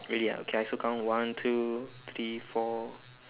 really ah okay I also count one two three four